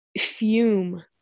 fume